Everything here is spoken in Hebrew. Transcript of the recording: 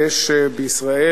ישראל,